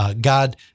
God